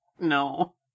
No